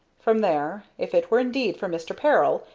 from there, if it were indeed for mr. peril,